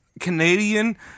Canadian